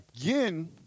again